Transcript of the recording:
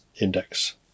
Index